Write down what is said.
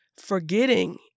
Forgetting